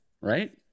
right